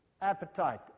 appetite